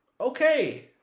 okay